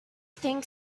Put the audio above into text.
think